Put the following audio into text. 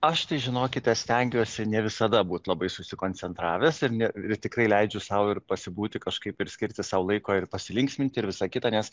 aš tai žinokite stengiuosi ne visada būt labai susikoncentravęs ir ne ir tikrai leidžiu sau ir pasibūti kažkaip ir skirti sau laiko ir pasilinksminti ir visa kita nes